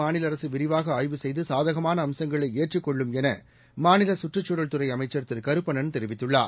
மாநில அரசு விரிவாக ஆய்வு செய்து சாதகமான அம்சங்களை ஏற்றுக் கொள்ளும் என மாநில சுற்றுச்சூழல் துறை அமைச்சர் திரு கருப்பணன் தெரிவித்துள்ளார்